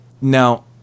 now